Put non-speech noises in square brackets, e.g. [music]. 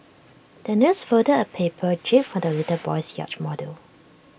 the nurse folded A paper [noise] jib for the little boy's yacht model